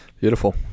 Beautiful